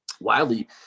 Wildly